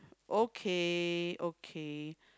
okay okay